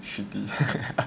shitty